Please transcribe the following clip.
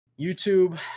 YouTube